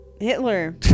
Hitler